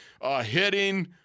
hitting –